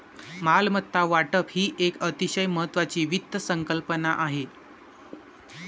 मालमत्ता वाटप ही एक अतिशय महत्वाची वित्त संकल्पना आहे